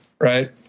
right